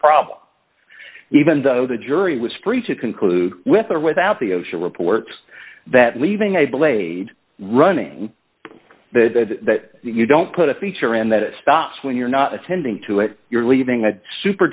problem even though the jury was free to conclude with or without the osha reports that leaving a blade running that you don't put a feature in that it stops when you're not attending to it you're leaving a super